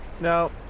Now